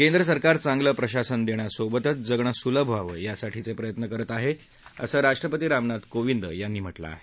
केंद्र सरकार चांगलं प्रशासन देण्यासोबतच जगणं सुलभ व्हावं यासाठीचे प्रयत्न करत आहे असं राष्ट्रपती रामनाथ कोविंद यांनी म्हटलं आहे